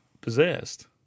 possessed